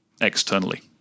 externally